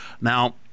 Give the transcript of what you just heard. Now